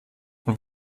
und